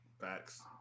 Facts